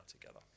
together